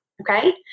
Okay